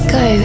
go